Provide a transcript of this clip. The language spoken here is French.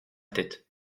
tête